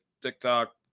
TikTok